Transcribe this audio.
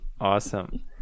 Awesome